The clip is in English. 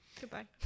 Goodbye